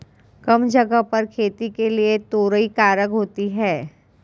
कम जगह पर खेती के लिए तोरई कारगर होती है